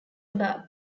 above